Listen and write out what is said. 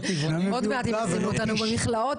עוד מעט הם ישימו אותנו במכלאות,